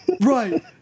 right